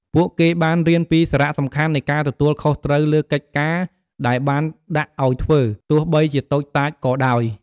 ពួកគេបានរៀនពីសារៈសំខាន់នៃការទទួលខុសត្រូវលើកិច្ចការដែលបានដាក់ឲ្យធ្វើ ទោះបីជាតូចតាចក៏ដោយ។